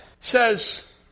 says